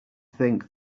think